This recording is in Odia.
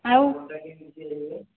ଆଉ